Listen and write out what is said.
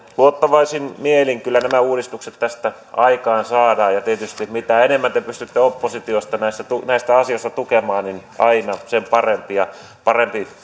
luottavaisin mielin kyllä nämä uudistukset tästä aikaansaadaan tietysti mitä enemmän te pystytte oppositiosta näissä asioissa tukemaan niin aina sen parempi ja paremman